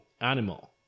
animal